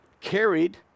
carried